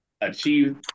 achieve